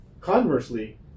Conversely